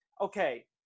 okay